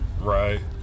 Right